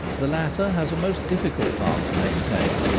the latter has a most diffi cult part to maintain.